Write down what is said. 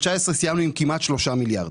2019 סיימנו עם כמעט 3 מיליארד,